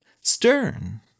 Stern